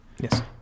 Yes